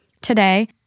today